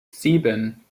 sieben